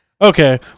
Okay